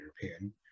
European